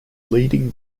leading